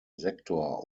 sektor